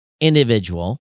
individual